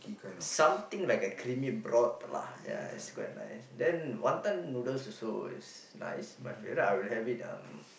something like a creamy broth lah ya it's quite nice then wanton noodles also is nice my favourite I'll have it um